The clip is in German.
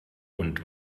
und